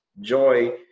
joy